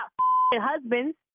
husbands